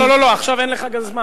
לא, לא, לא, עכשיו אין לך גם זמן.